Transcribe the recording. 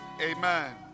Amen